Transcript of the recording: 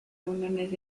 reuniones